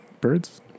Birds